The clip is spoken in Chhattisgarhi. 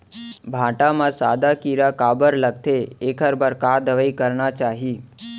भांटा म सादा कीरा काबर लगथे एखर बर का दवई करना चाही?